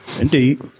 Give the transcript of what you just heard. Indeed